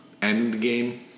Endgame